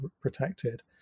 protected